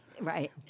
right